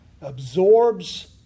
Absorbs